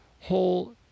whole